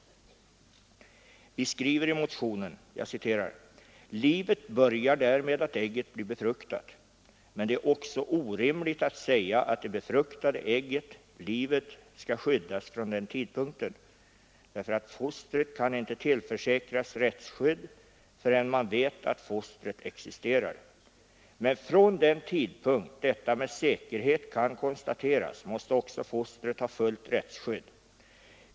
Vi skriver i motionen: ”Livet börjar därmed att ägget blir befruktat. Men det är också orimligt att säga att det befruktade ägget skall skyddas från den tidpunkten. Fostret kan inte tillförsäkras rättsskydd förrän man vet att fostret existerar. Men från den tidpunkt detta med säkerhet kan konstateras måste också fostret ha fullt rättsskydd.